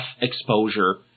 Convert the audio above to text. exposure